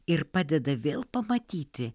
ir padeda vėl pamatyti